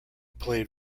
played